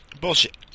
Bullshit